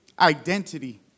identity